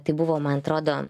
tai buvo man atrodo